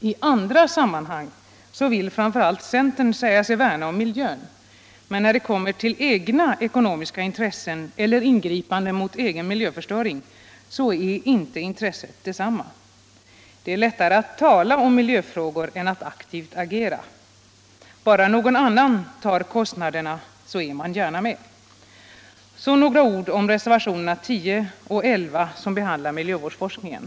I andra sammanhang vill framför allt centern säga sig värna om miljön, men när det kommer till egna ekonomiska intressen eller ingripande mot egen miljöförstöring är inte intresset detsamma. Det är lättare att rala om miljöfrågor än att aktivt agera. Bara någon annan tar kostnaderna är man gärna med. Så några ord om reservationerna 10 och 11 som behandlar miljövårdsforskningen.